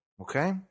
okay